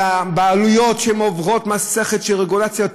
על הבעלויות שעוברות מסכת של רגולציה,